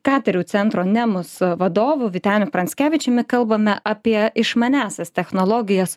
katerių centro nemus vadovu vyteniu pranckevičiumi kalbame apie išmaniąsias technologijas